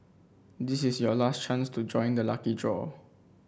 this is your last chance to join the lucky draw